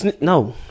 no